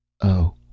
Oh